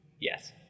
Yes